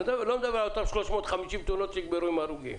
אני לא מדבר על אותן 350 תאונות שנגמרו עם הרוגים,